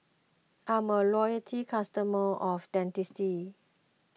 I'm a loyalty customer of Dentiste